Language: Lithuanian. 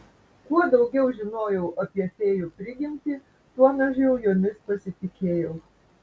kuo daugiau žinojau apie fėjų prigimtį tuo mažiau jomis pasitikėjau